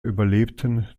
überlebten